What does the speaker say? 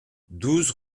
douze